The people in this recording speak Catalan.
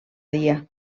dia